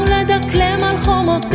and shlomo